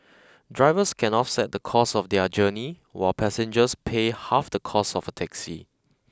drivers can offset the cost of their journey while passengers pay half the cost of a taxi